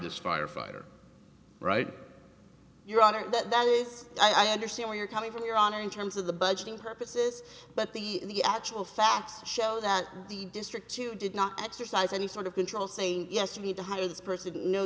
this firefighter right you're on that list i understand where you're coming from you're on in terms of the budgeting purposes but the actual facts show that the district you did not exercise any sort of control saying yes you need to hire this person no